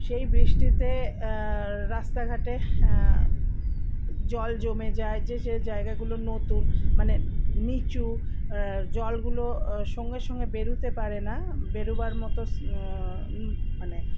সেই বৃষ্টিতে রাস্তাঘাটে জল জমে যায় যে যে জায়গাগুলো নতুন মানে নীচু জলগুলো সঙ্গে সঙ্গে বেরুতে পারে না বেরোবার মতো মানে